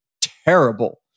terrible